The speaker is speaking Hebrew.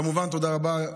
כמובן, תודה רבה,